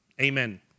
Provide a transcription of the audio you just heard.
amen